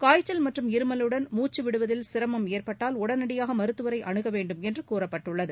காய்ச்சல் மற்றும் இருமலுடன் மூச்சு விடுவதில் சிரமம் ஏற்பட்டால் உடனடியாக மருத்துவரை அணுக வேண்டும் என்று கூறப்பட்டுள்ளது